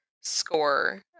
score